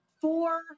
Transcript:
four